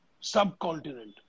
subcontinent